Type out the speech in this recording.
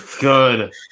Good